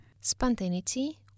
Spontaneity